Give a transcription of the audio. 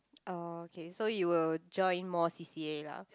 okay so you will join more C_C_A lah